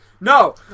No